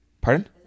Pardon